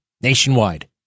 Nationwide